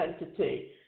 entity